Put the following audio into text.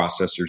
processors